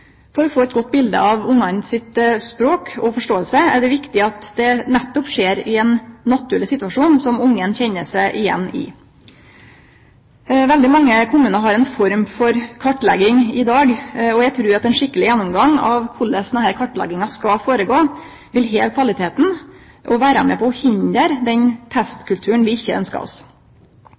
For å få eit godt bilete av ungane sitt språk og forståing er det viktig at det nettopp skjer i ein naturleg situasjon som ungane kjenner seg igjen i. Veldig mange kommunar har ei form for kartlegging i dag. Eg trur at ein skikkeleg gjennomgang av korleis denne kartlegginga skal gå føre seg, vil heve kvaliteten og vere med på å hindre den testkulturen vi ikkje ønskjer oss.